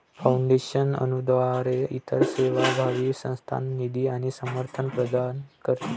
foundation अनुदानाद्वारे इतर सेवाभावी संस्थांना निधी आणि समर्थन प्रदान करते